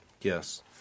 Yes